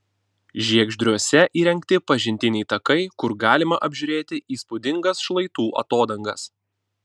žiegždriuose įrengti pažintiniai takai kur galima apžiūrėti įspūdingas šlaitų atodangas